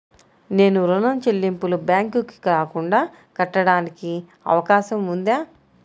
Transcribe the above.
నేను ఋణం చెల్లింపులు బ్యాంకుకి రాకుండా కట్టడానికి అవకాశం ఉందా?